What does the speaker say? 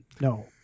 No